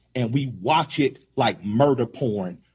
and we watch it like murder porn,